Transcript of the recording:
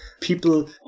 People